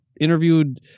interviewed